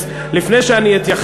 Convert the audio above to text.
לפני שאני אתייחס,